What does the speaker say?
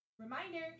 Reminder